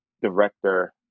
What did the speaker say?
director